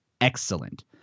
excellent